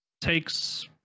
takes